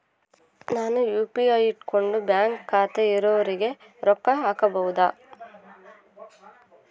ನಾನು ಯು.ಪಿ.ಐ ಇಟ್ಕೊಂಡು ಬ್ಯಾಂಕ್ ಖಾತೆ ಇರೊರಿಗೆ ರೊಕ್ಕ ಹಾಕಬಹುದಾ?